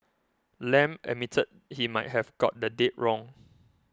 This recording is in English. Lam admitted he might have got the date wrong